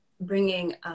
bringing